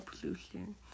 pollution